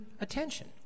attention